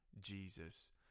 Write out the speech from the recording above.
Jesus